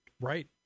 right